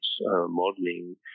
modeling